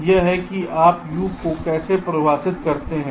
यह है कि आप U को कैसे परिभाषित करते हैं